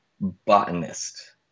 botanist